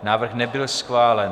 Návrh nebyl schválen.